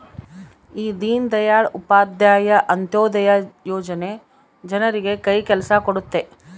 ಈ ದೀನ್ ದಯಾಳ್ ಉಪಾಧ್ಯಾಯ ಅಂತ್ಯೋದಯ ಯೋಜನೆ ಜನರಿಗೆ ಕೈ ಕೆಲ್ಸ ಕೊಡುತ್ತೆ